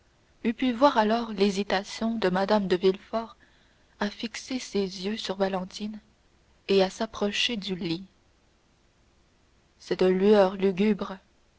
eût pu voir alors l'hésitation de mme de villefort à fixer ses yeux sur valentine et à s'approcher du lit cette lueur lugubre